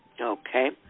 Okay